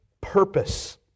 purpose